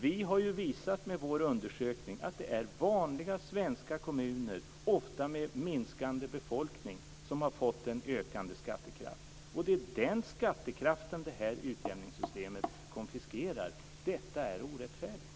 Vi har ju visat med vår undersökning att det är vanliga svenska kommuner, ofta med minskande befolkning, som har fått en ökande skattekraft, och det är den skattekraften som det här utjämningssystemet konfiskerar. Detta är orättfärdigt.